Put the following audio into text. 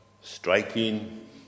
striking